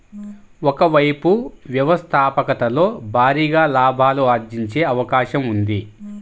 ఒక వైపు వ్యవస్థాపకతలో భారీగా లాభాలు ఆర్జించే అవకాశం ఉంది